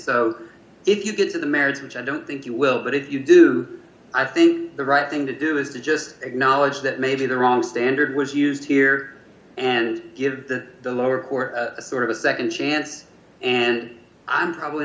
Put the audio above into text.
so if you get to the merits which i don't think you will but if you do i think the right thing to do is to just acknowledge that maybe the wrong standard was used here and get to the lower court sort of a nd chance and i'm probably